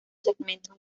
segmentos